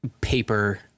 paper